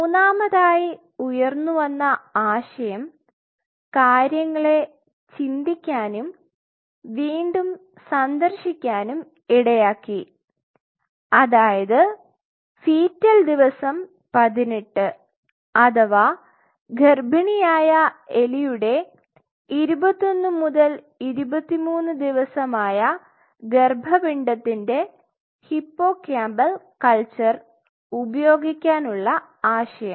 മൂന്നാമതായി ഉയർന്നുവന്ന ആശയം കാര്യങ്ങളെ ചിന്തിക്കാനും വീണ്ടും സന്ദർശിക്കാനും ഇടയാക്കി അതായത് ഫീറ്റൽ ദിവസം 18 അഥവാ ഗർഭിണിയായ എലിയുടെ 21 23 ദിവസമായ ഗര്ഭപിണ്ഡത്തിന്റെ ഹിപ്പോകാമ്പൽ കൾച്ചർ ഉപയോഗിക്കാനുള്ള ആശയം